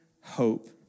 hope